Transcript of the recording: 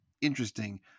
interesting